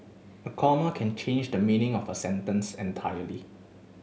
a comma can change the meaning of a sentence entirely